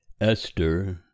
Esther